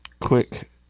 quick